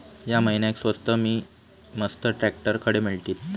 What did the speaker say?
या महिन्याक स्वस्त नी मस्त ट्रॅक्टर खडे मिळतीत?